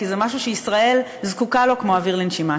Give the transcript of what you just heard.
כי זה משהו שישראל זקוקה לו כמו לאוויר לנשימה.